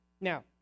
Now